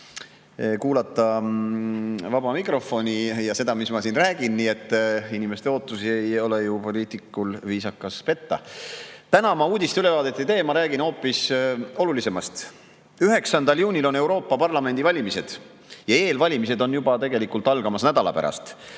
kuulata vaba mikrofoni ja seda, mis ma siin räägin. Inimeste ootusi ei ole poliitikul ju viisakas petta. Täna ma uudiste ülevaadet ei tee, ma räägin hoopis olulisemast. 9. juunil on Euroopa Parlamendi valimised ja eelvalimised on juba tegelikult algamas nädala pärast.